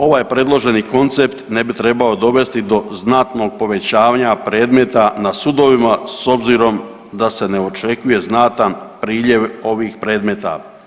Ovaj predloženi koncept ne bi trebao dovesti do znatnog povećavanja predmeta na sudovima s obzirom da se ne očekuje znatan priljev ovih predmeta.